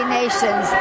nations